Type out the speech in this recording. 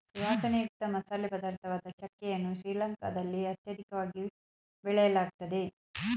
ಸುವಾಸನೆಯುಕ್ತ ಮಸಾಲೆ ಪದಾರ್ಥವಾದ ಚಕ್ಕೆ ಯನ್ನು ಶ್ರೀಲಂಕಾದಲ್ಲಿ ಅತ್ಯಧಿಕವಾಗಿ ಬೆಳೆಯಲಾಗ್ತದೆ